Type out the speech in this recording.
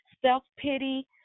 self-pity